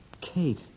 Kate